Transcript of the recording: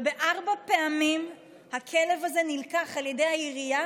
וארבע פעמים הכלב הזה נלקח על ידי העירייה